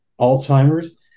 alzheimer's